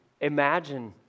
Imagine